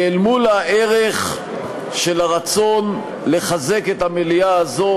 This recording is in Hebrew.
כי אל מול הערך של הרצון לחזק את המליאה הזו